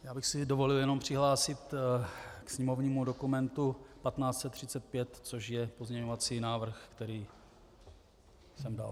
Já bych si dovolil se jenom přihlásit ke sněmovnímu dokumentu 1535, což je pozměňovací návrh, který jsem dal.